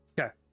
Okay